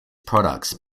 products